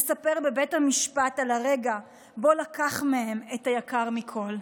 מספר בבית המשפט על הרגע שבו לקח מהן את היקר מכול.